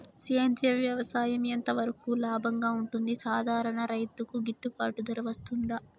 సేంద్రియ వ్యవసాయం ఎంత వరకు లాభంగా ఉంటుంది, సాధారణ రైతుకు గిట్టుబాటు ధర వస్తుందా?